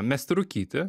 mesti rūkyti